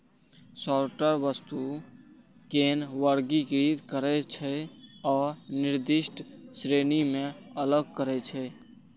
sorter वस्तु कें वर्गीकृत करै छै आ निर्दिष्ट श्रेणी मे अलग करै छै